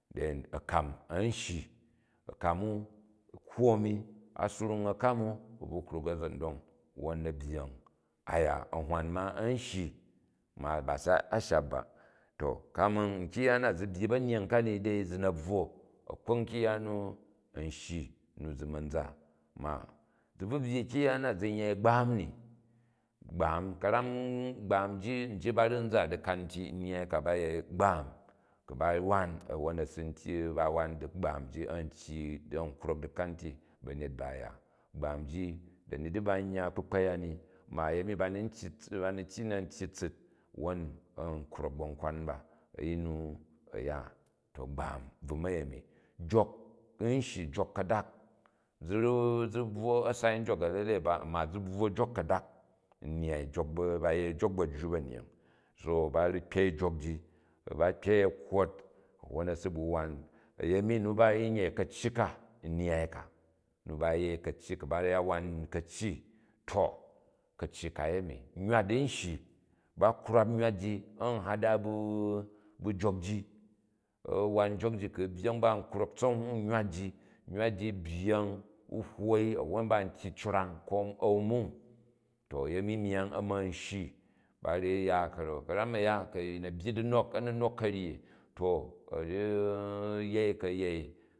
Than a̱kam an shyi a̱kam u kwu a̱ni a si ring a̱kanu, u̱ ba kwok a̱za̱n don wwon na̱ byyang aya. A̱hwan ina a̱n shyi ma ba se a shap ba. To kamin nkyang ya na zi byyi ba̱nyying kani dei zi na̱ bvwo, a̱kpok nkpang ya wu a̱n shyi nu zi ina za ma zi bvn byyi kyang-ya na, zi n yer gbaami ni, gbaam, karan, gbaam ji, nji ba ru̱ nza dikan ti nuyyai ka, ba yei gbaam. Ku ba wan a̱nwon a̱ din tyyi ba wan gba̱am ji a̱n tyyi, bu krok dikan ti bauyet ba, a̱ ya. Gbaam ji dani di ba n yya kpukpan ya ni, ma ayemi bani n tyyi, bani tyyi na tyyi tsit wwon a̱n krok ba̱n kwan ba a̱yin nu a̱ ya to gbaam bvu ma yemi. Jok n shyi, jok kadak zi ru̱, zi bvwo a̱sai jok a̱lele ba, ma zi bvwo jok ka̱dak nnyai jok, ba yei, jok ba̱jju banyying. So tsa ru̱ kpeil jok ji, ku ba kpeg a̱kwot, wwon a si bu wan. A̱yemi nu ba ru̱ n yei ka̱ ayi ka nnyyai ka, nu ba nyei kacyi, ku ku̱ ba ya wan ka̱cyi to kacyi ka a̱yemi. Nywat n shyi, ba kwrap nywat ji a̱n hada bu jok ji, a wan jok ji, ku u byyeng ba nkrok tsanhwa nyivat ji, nywal ji u byyeng n hwoi, awwon ba n tyyi curang ko mung to a̱yemi myang a̱ man shyi tsa vu ya. Karum a̱ya ku a̱njin a̱ byyi dinok a̱ni nok karyi to aru̱ yer, ku a̱ yei